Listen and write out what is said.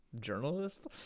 journalist